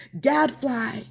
gadfly